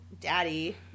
Daddy